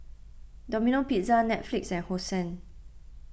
Domino Pizza Netflix and Hosen